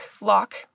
lock